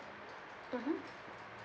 mmhmm